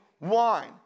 wine